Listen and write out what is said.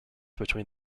between